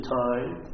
time